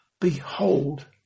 behold